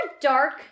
dark